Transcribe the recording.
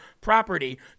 property